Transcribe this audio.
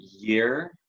year